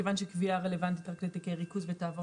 מכיוון שקביעה רלוונטית על -- -תיקי ריכוז ותעבור